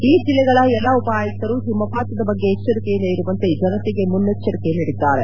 ಈ ಜಿಲ್ಲೆಗಳ ಎಲ್ಲಾ ಉಪಆಯುಕ್ತರು ಹಿಮಪಾತದ ಬಗ್ಗೆ ಎಚ್ಷರಿಕೆಯಿಂದ ಇರುವಂತೆ ಜನತೆಗೆ ಮುನ್ನಚ್ಷರಿಕೆ ನೀಡಿದ್ದಾರೆ